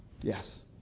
Yes